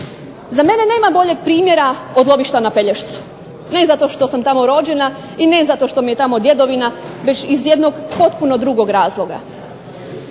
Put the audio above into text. Za mene nema boljeg primjera od lovišta na Pelješcu. Ne zato što sam tamo rođena, i ne zato što mi je tamo djedovina, već iz jednog potpuno drugog razloga.